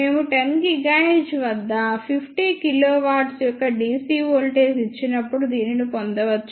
మేము 10 GHz వద్ద 50 KV యొక్క dc వోల్టేజ్ ఇచ్చినప్పుడు దీనిని పొందవచ్చు